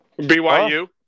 BYU